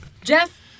Jeff